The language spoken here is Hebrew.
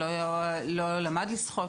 שלא למד לשחות,